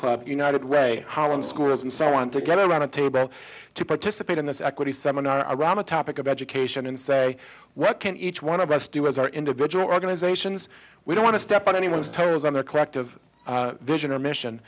club united way holland schools and so on to get around a table to participate in this equity seminar around the topic of education and say what can each one of us do as our individual organizations we don't want to step on anyone's toes on their collective vision or mission